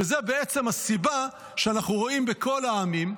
שזה בעצם הסיבה שאנחנו רואים אצל כל העמים,